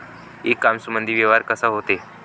इ कामर्समंदी व्यवहार कसा होते?